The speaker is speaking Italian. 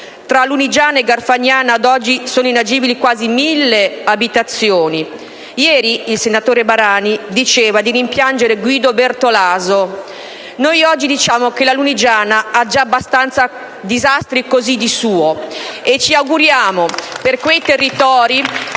Tra Lunigiana e Garfagnana ad oggi sono inagibili quasi 1.000 abitazioni. Ieri il senatore Barani diceva di rimpiangere Guido Bertolaso. Noi oggi diciamo che la Lunigiana, ha già abbastanza disastri così di suo *(Applausi dal Gruppo